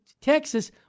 Texas